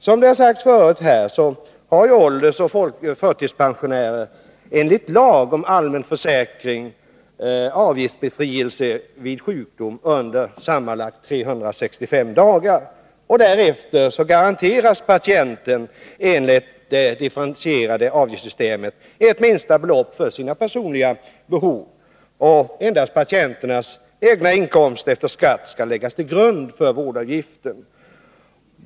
Som det har sagts förut har åldersoch förtidspensionärer enligt lagen om allmän försäkring avgiftsbefrielse vid sjukdom under sammanlagt 365 dagar. Därefter garanteras patienten, enligt det differentierade avgiftssystemet, ett minsta belopp för sina personliga behov. Endast patienternas egna inkomster efter skatt skall läggas till grund för vårdavgiften.